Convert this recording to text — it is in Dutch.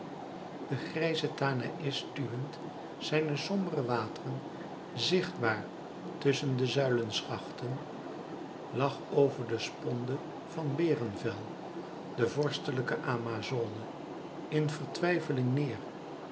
de grijze tanaïs stuwend zijn sombere wateren zichtbaar tusschen de zuileschachten lag over de sponde van berenvel de vorstelijke amazone in vertwijfeling neêr